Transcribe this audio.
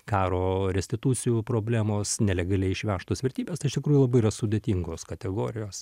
karo restitucijų problemos nelegaliai išvežtos vertybės tai iš tikrųjų labai yra sudėtingos kategorijos